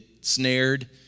snared